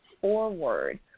forward